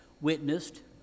witnessed